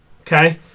okay